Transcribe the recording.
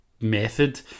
method